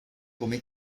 come